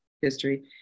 history